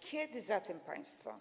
Kiedy zatem państwo